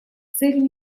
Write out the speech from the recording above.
целью